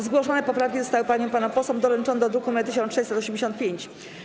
Zgłoszone poprawki zostały paniom i panom posłom doręczone do druku nr 1685.